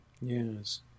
Yes